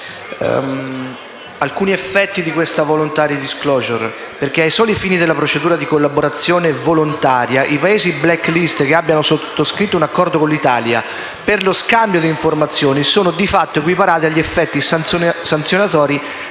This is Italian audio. alcuni effetti di questa *voluntary disclosure*. Ai soli fini della procedura di collaborazione volontaria i Paesi *black list* che abbiano sottoscritto un accordo con l'Italia per lo scambio di informazioni, sono di fatto equiparati negli effetti sanzionatori